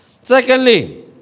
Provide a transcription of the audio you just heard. Secondly